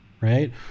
right